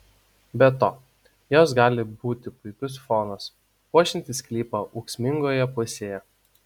be to jos gali būti puikus fonas puošiantis sklypą ūksmingoje pusėje